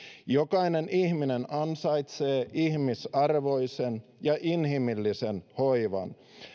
jokainen ihminen ansaitsee ihmisarvoisen ja inhimillisen hoivan